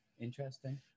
interesting